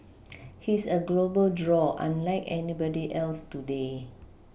he's a global draw unlike anybody else today